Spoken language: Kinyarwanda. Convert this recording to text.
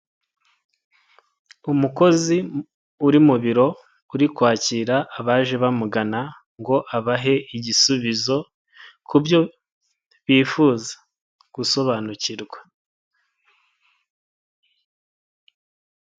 Umukozi uri mu biro uri kwakira abaje bamugana ngo abahe igisubizo ku byo bifuza gusobanukirwa.